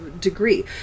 degree